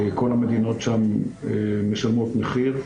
כל המדינות שם משלמות מחיר,